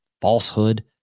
falsehood